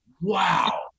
wow